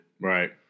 Right